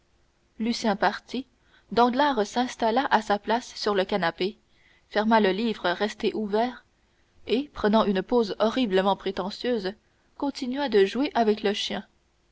lucien parti danglars s'installa à sa place sur le canapé ferma le livre resté ouvert et prenant une pose horriblement prétentieuse continua de jouer avec le chien